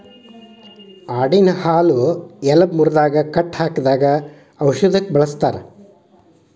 ಆಡಿನ ಹಾಲು ಎಲಬ ಮುರದಾಗ ಕಟ್ಟ ಹಾಕಿದಾಗ ಔಷದಕ್ಕ ಬಳಸ್ತಾರ